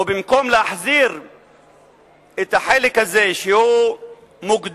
ובמקום להחזיר את החלק הזה, שהוא מוגדר